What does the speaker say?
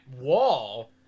wall